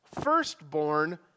firstborn